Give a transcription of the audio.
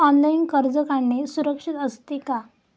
Online कर्ज काढणे सुरक्षित असते का?